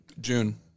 June